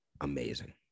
amazing